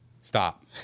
Stop